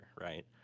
right